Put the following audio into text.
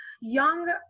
young